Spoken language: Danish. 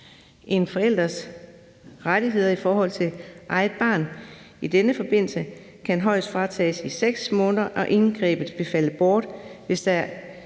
En forælders rettigheder i forhold til eget barn i denne forbindelse kan højst fratages i 6 måneder, og indgrebet vil falde bort, hvis der